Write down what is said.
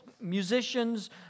musicians